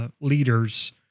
leaders